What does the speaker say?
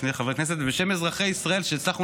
בשם חברי הכנסת ובשם אזרחי ישראל שהצלחנו